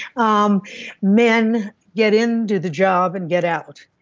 um men get into the job and get out.